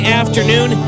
afternoon